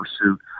pursuit